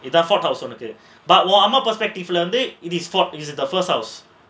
இது தான்:idhu thaan perspective learnt it his fault is the first house